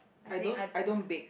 I don't I don't bake